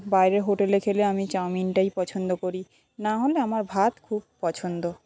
বাইরে হোটেলে খেলে আমি চাউমিনটাই পছন্দ করি না হলে আমার ভাত খুব পছন্দ